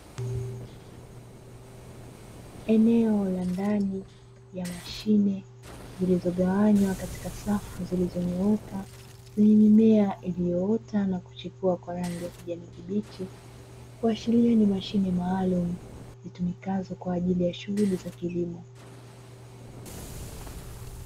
Eneo la ndani ya mashine zilizogawanywa katika safu zilizo nyooka, zenye mimea iliyoota na kuchipua kwa rangi ya kijani kibichi, kuashiria ni mashine maalum zitumikazo kwaajili ya shughuli za kilimo.